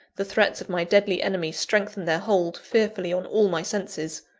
the threats of my deadly enemy strengthen their hold fearfully on all my senses.